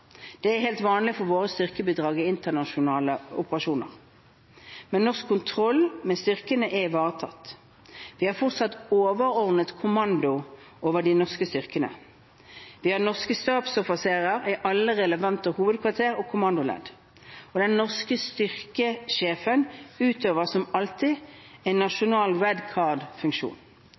det er helt vanlig for våre styrkebidrag til internasjonale operasjoner. Men norsk kontroll med styrkene er ivaretatt. Vi har fortsatt overordnet kommando over de norske styrkene. Vi har norske stabsoffiserer i alle relevante hovedkvarter og kommandoledd. Den norske styrkesjefen utøver som alltid en nasjonal